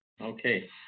Okay